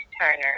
turner